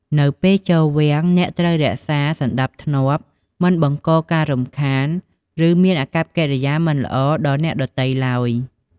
នៅពេលចូលវាំង អ្នកត្រូវរក្សាសណ្តាប់ធ្នាប់ មិនបង្កការរំខានឫមានអាកប្បកិរិយាមិនល្អដល់អ្នកដទៃទ្បើយ។